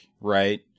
right